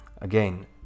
again